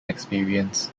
experience